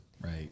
right